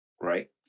Right